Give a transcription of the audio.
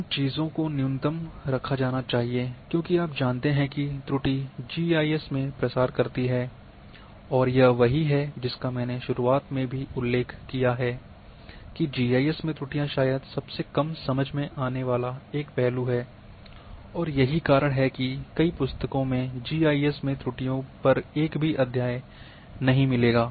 उन चीजों को न्यूनतम रखा जाना चाहिए क्योंकि आप जानते हैं कि त्रुटि जीआईएस में प्रसार करती है और यह वही है जिसका मैंने शुरुआत में भी उल्लेख किया है कि जीआईएस में त्रुटियां शायद सबसे कम समझ में आने वाला एक पहलू है और यही कारण है कि कई पुस्तकों में जीआईएस में त्रुटियों पर एक भी अध्याय नहीं मिलेगा